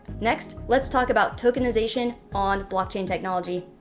next, let's talk about tokenization on blockchain technology.